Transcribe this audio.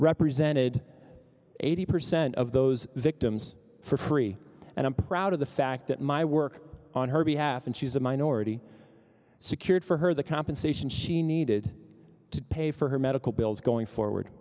represented eighty percent of those victims for free and i'm proud of the fact that my work on her behalf and she's a minority secured for her the compensation she needed to pay for her medical bills going forward